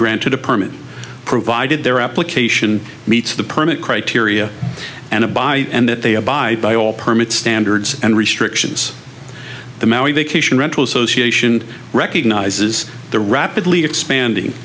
granted a permit provided their application meets the permit criteria and a by and that they abide by all permits standards and restrictions the maui vacation rental association recognizes the rapidly expanding